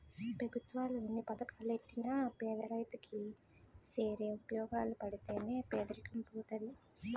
పెభుత్వాలు ఎన్ని పథకాలెట్టినా పేదరైతు కి సేరి ఉపయోగపడితే నే పేదరికం పోతది